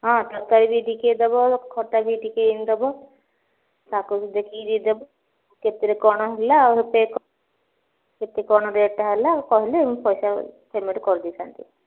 ହଁ ତରକାରୀ ବି ଟିକେ ଦେବ ଖଟା ବି ଟିକେ ଦେବ ତା'କୁ ଦେଖିକି ଦେଇଦେବ କେତେରେ କ'ଣ ହେଲା ଆଉ ପେ କେତେ କ'ଣ ରେଟ୍ଟା ହେଲା ଆଉ କହିଲେ ମୁଁ ପଇସା ପେମେଣ୍ଟ୍ କରିଦେଇଥାନ୍ତି